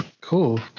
Cool